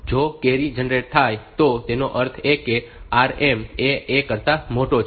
જો carry generate થાય તો તેનો અર્થ એ કે આ RM એ A કરતા મોટો છે